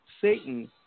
Satan